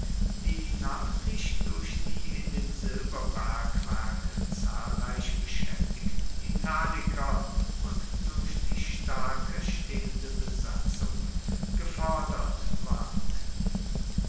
die namentlich durch die in den silberbergwerken zahlreich beschäftigten italiker und durch die starke stehende besatzung gefördert ward